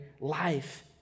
life